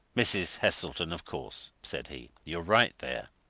mrs. heselton, of course, said he. you're right there.